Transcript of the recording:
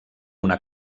una